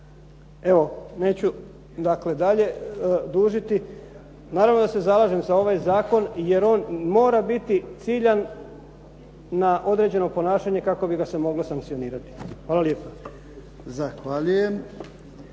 Evo, neću dakle dalje dužiti. Naravno da se zalažem za ovaj zakon jer on mora biti ciljan na određeno ponašanje kako bi ga se moglo sankcionirati. Hvala lijepa.